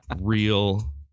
real